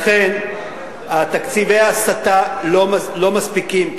לכן תקציבי ההסטה לא מספיקים,